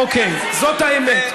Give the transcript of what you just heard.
אוקיי, זאת האמת.